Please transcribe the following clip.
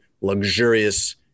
luxurious